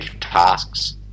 tasks